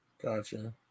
Gotcha